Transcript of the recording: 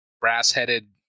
brass-headed